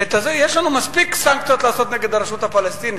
יש לנו מספיק סנקציות לעשות נגד הרשות הפלסטינית.